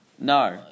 No